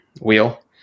wheel